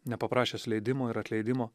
nepaprašęs leidimo ir atleidimo